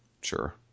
sure